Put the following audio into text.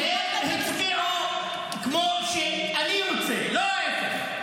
הם הצביעו כמו שאני רוצה, לא ההפך.